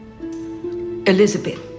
Elizabeth